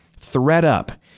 ThreadUp